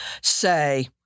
say